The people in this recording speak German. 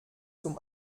zum